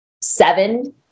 seven